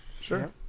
Sure